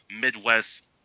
Midwest